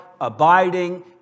abiding